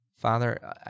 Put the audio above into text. Father